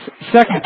Second